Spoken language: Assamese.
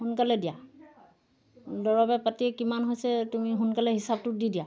সোনকালে দিয়া দৰৱে পাতিয়ে কিমান হৈছে তুমি সোনকালে হিচাপটোত দি দিয়া